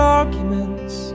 arguments